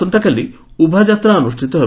ଆସନ୍ତାକାଲି ଉଭା ଯାତ୍ରା ଅନୁଷ୍ପିତ ହେବ